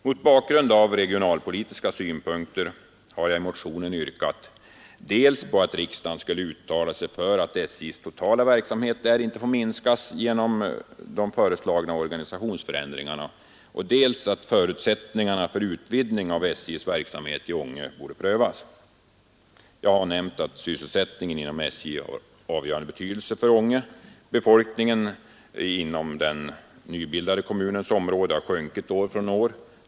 Mot bakgrund av regionalpolitiska synpunkter har jag i motionen yrkat dels att riksdagen skulle uttala sig för att SJ:s totala verksamhet där inte får minskas genom de föreslagna organisationsförändringarna, dels att förutsättningarna för utbyggning av SJ:s verksamhet i Ånge borde prövas. Som jag nämnt är sysselsättningen inom SJ av avgörande betydelse för Ånge. Befolkningen inom den nybildade kommunens område har sjunkit år efter år.